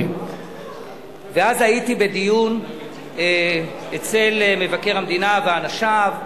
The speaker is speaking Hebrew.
ואז הייתי בדיון אצל מבקר המדינה ואנשיו,